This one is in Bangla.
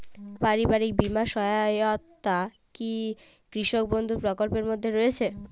পারিবারিক বীমা সহায়তা কি কৃষক বন্ধু প্রকল্পের মধ্যে রয়েছে?